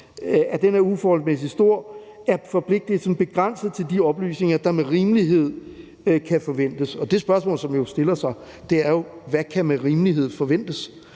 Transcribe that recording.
oplysningerne uforholdsmæssig stor, er forpligtelsen begrænset til de oplysninger, der med rimelighed kan forventes.« Det spørgsmål, som jo rejser sig, er jo: Hvad kan med rimelighed forventes?